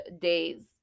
days